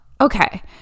okay